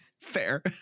Fair